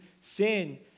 sin